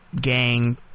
gang